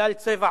בגלל צבע עורו.